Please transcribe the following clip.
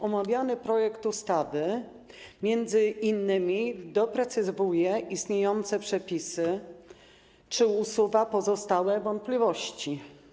Omawiany projekt ustawy m.in. doprecyzowuje istniejące przepisy czy usuwa pozostałe wątpliwości.